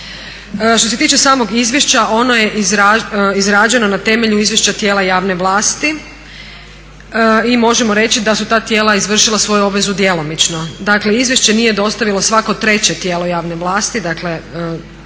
Što se tiče samog izvješća ono je izrađeno na temelju izvješća tijela javne vlasti i možemo reći da su ta tijela izvršila svoju obvezu djelomično. Dakle izvješće nije dostavilo svako 3.tijelo javne vlasti, dakle